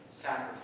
sacrifice